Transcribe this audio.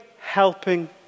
helping